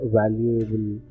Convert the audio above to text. valuable